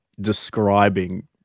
describing